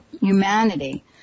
humanity